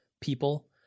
people